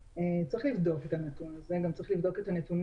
לצערי גם כך זה התעכב הרבה זמן מרגע שהתקבלה החלטה